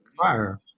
fire